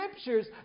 Scriptures